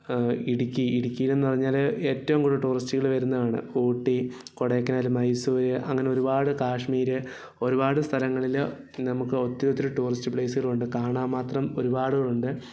ഇടുക്കി ഇടുക്കിയിൽ എന്ന് പറഞ്ഞാൽ ഏറ്റവും കൂടുതൽ ടൂറിസ്റ്റുകൾ വരുന്നതാണ് ഊട്ടി കൊടൈക്കനാൽ മൈസൂർ അങ്ങനെ ഒരുപാട് കാശ്മീർ ഒരുപാട് സ്ഥലങ്ങളിൽ നമുക്ക് ഒത്തിരി ഒത്തിരി ടൂറിസ്റ്റ് പ്ലേസുകൾ ഉണ്ട് കാണാൻ മാത്രം ഒരുപാടുകൾ ഉണ്ട്